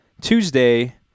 tuesday